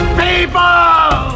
people